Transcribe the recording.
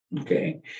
okay